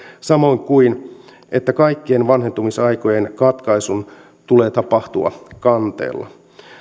samoin kuin se että kaikkien vanhentumisaikojen katkaisun tulee tapahtua kanteella